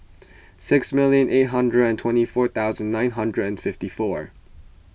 six million eight hundred and twenty four thousand nine hundred and fifty four